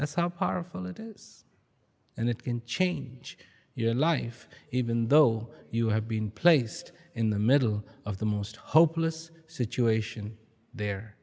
that's how powerful it is and it can change your life even though you have been placed in the middle of the most hopeless situation there